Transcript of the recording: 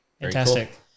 Fantastic